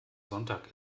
sonntag